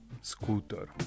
scooter